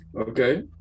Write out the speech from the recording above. Okay